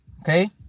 okay